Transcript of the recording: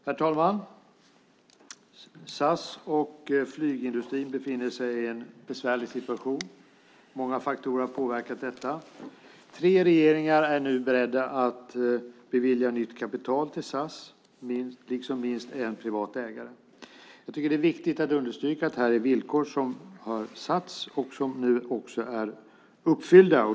Herr talman! SAS och flygindustrin befinner sig i en besvärlig situation. Många faktorer har påverkat detta. Tre regeringar är nu beredda att bevilja nytt kapital till SAS, liksom minst en privat ägare. Det är viktigt att understryka att det här är villkor som har satts och som nu också är uppfyllda.